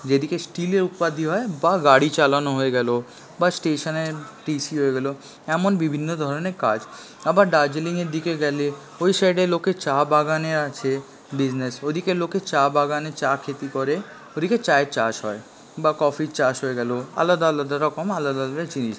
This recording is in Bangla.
যেদিকে স্টিলের উৎপাদ হয় বা গাড়ি চালানো হয়ে গেলো বা স্টেশনের টিসি হয়ে গেলো এমন বিভিন্ন ধরণের কাজ আবার দার্জিলিংয়ের দিকে গেলে ওই সাইডে লোকে চা বাগানে আছে বিজনেস ওদিকে লোকে চা বাগানে চা ক্ষেতি করে ওদিকে চায়ের চাষ হয় বা কফির চাষ হয়ে গেলো আলাদা আলাদা রকম আলাদা আলাদা জিনিস